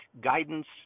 guidance